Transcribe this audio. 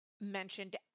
mentioned